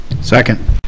Second